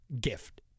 gift